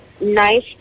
nice